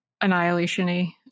annihilation-y